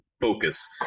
focus